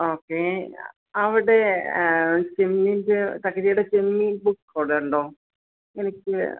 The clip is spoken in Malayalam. ഓക്കേ അവിടെ ചെമ്മീൻ്റെ തകഴിയുടെ ചെമ്മീൻ ബുക്ക് അവിടെ ഉണ്ടോ എനിക്ക്